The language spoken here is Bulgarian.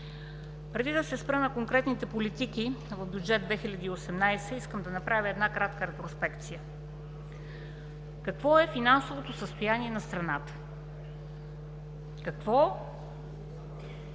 Преди да се спра на конкретните политики в Бюджет 2018, искам да направя една кратка ретроспекция. Какво е финансовото състояние на страната? Стабилна, финансова и фискална среда.